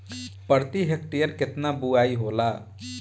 प्रति हेक्टेयर केतना बुआई होला?